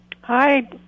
Hi